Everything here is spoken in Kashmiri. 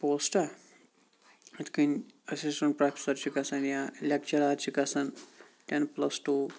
پوسٹا یِتھ کٕنۍ اسِسٹَنٹ پروفیسَر چھُ گَژھان یا لیٚکچرَر چھِ گَژھان ٹیٚن پٕلَس ٹوٗ